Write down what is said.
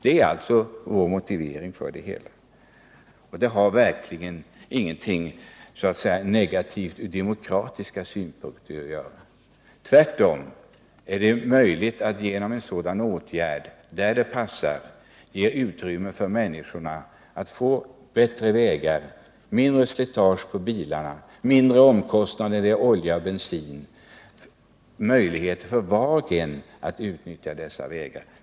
Det är alltså vår motivering, och förslaget har verkligen inga negativa verkningar ur demokratisk synpunkt. Tvärtom är det möjligt att en sådan åtgärd — där den passar — ger människorna möjlighet till bättre vägar, mindre slitage på bilarna, lägre omkostnader för olja och bensin samt möjligheter för var och en att utnyttja dessa vägar.